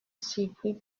surpris